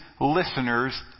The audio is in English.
listeners